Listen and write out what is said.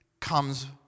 comes